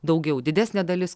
daugiau didesnė dalis